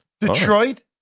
Detroit